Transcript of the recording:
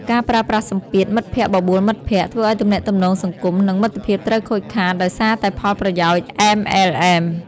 ការប្រើប្រាស់សម្ពាធ "មិត្តភក្តិបបួលមិត្តភក្តិ" ធ្វើឱ្យទំនាក់ទំនងសង្គម និងមិត្តភាពត្រូវខូចខាតដោយសារតែផលប្រយោជន៍ MLM។